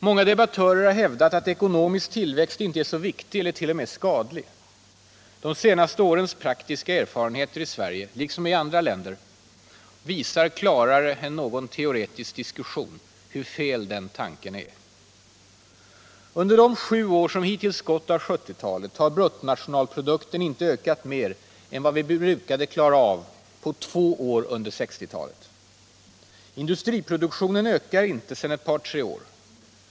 Många debattörer har hävdat att ekonomisk tillväxt inte är så viktig eller t.o.m. skadlig. De senaste årens praktiska erfarenheter i Sverige liksom i andra länder visar klarare än någon teoretisk diskussion hur fel den tanken är. Under de sju år som hittills gått av 70-talet har bruttonationalprodukten inte ökat mer än vad vi brukade klara på två år under 1960-talet. Industriproduktionen ökar inte sedan ett par tre år.